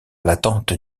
l’attente